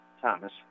Thomas